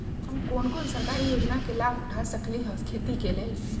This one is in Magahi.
हम कोन कोन सरकारी योजना के लाभ उठा सकली ह खेती के लेल?